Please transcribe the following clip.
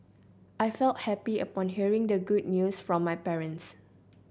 I felt happy upon hearing the good news from my parents